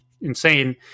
insane